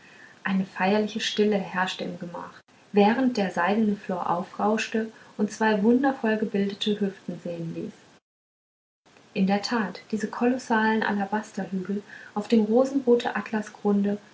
eine feierliche stille herrschte im gemach während der seidene flor aufrauschte und zwei wundervoll gebildete hüften sehen ließ in der tat diese kolossalen alabasterhügel auf dem rosenroten